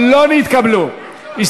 לשנת 2015, נתקבל, כנוסח הוועדה.